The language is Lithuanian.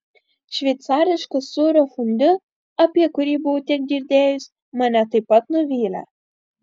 šveicariškas sūrio fondiu apie kurį buvau tiek girdėjus mane taip pat nuvylė